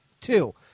Two